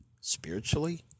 Spiritually